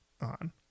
on